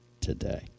today